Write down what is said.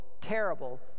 terrible